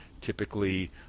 typically